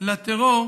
לטרור